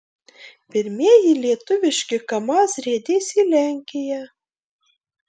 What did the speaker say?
pirmieji lietuviški kamaz riedės į lenkiją